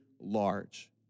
large